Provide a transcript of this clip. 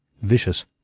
vicious